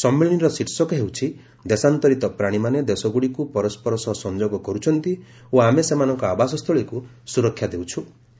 ସମ୍ମିଳନୀର ଶୀର୍ଷକ ହେଉଛି ଦେଶାନ୍ତରିତ ପ୍ରାଣୀମାନେ ଦେଶଗୁଡ଼ିକୁ ପରସ୍କର ସହ ସଂଯୋଗ କରୁଛନ୍ତି ଓ ଆମେ ସେମାନଙ୍କ ଆବାସସ୍ଥଳୀକୁ ସୁରକ୍ଷା ଦେଉଛୁ